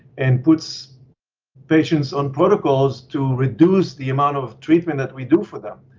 and puts patients on protocols to reduce the amount of treatment that we do for them,